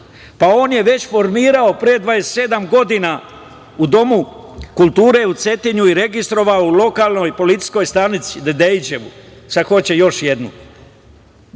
je formirao već pre 27 godina u Domu kulture u Cetinju i registrovao u lokalnoj policijskoj stanici, Dedejićevu, a sada hoće još jednu,